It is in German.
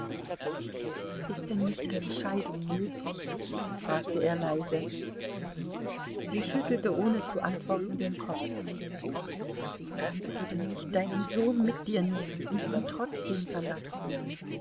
ist denn nicht eine scheidung möglich fragte er leise sie schüttelte ohne zu antworten den kopf kannst du denn nicht deinen sohn mit dir nehmen und ihn trotzdem verlassen